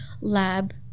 lab